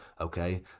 Okay